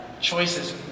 Choices